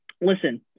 listen